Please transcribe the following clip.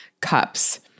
cups